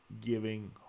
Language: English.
giving